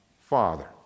Father